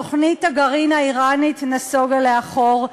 תוכנית הגרעין האיראנית נסוגה לאחור,